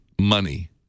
money